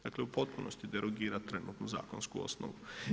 Dakle u potpunosti derogira trenutnu zakonsku osnovu.